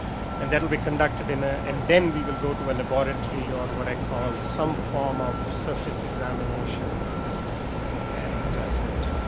and that will be conducted ah and then we will go to laboratory or what i call some form of surface examination and and assessment.